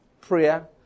prayer